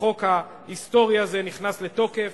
החוק ההיסטורי הזה נכנס לתוקף.